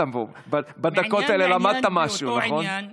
בדקות האלה למדת משהו, נכון?